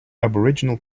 aboriginal